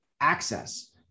access